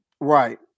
Right